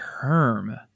term